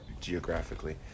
geographically